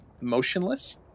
motionless